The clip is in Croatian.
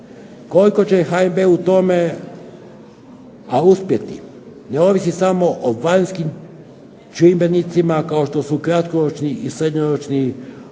Koliko će HNB u tome uspjeti ne ovisi samo o vanjskim čimbenicima kao što su kratkoročni i srednje ročni globalni